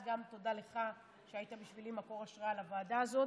אז גם תודה לך על שהיית בשבילי מקור השראה לוועדה הזאת,